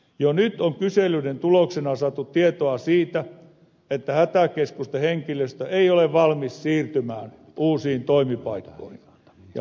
jo nyt on kyselyiden tuloksena saatu tietoa siitä että hätäkeskusten henkilöstö ei ole valmis siirtymään uusiin toimipaikkoihin ja muuttohalukkuus on vähäistä